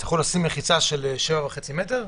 יצטרכו לשים מחיצה של 7.5 מטר?